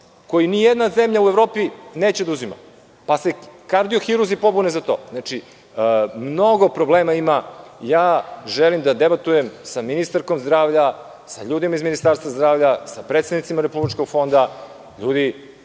koje nijedna zemlja u Evropi neće da uzima, pa se kardiohirurzi pobune za to. Znači, ima mnogo problema. Ja želim da debatujem sa ministarkom zdravlja, sa ljudima iz Ministarstva zdravlja i sa predstavnicima Republičkog fonda. Ljudi,